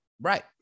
Right